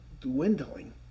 dwindling